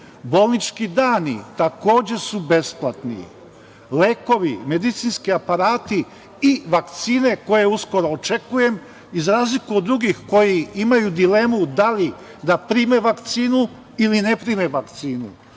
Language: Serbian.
Bolnički dani takođe su besplatni, lekovi, medicinski aparati i vakcine, koje uskoro očekujem i za razliku od drugih koji imaju dilemu da li da prime vakcinu ili ne prime vakcinu,